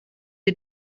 who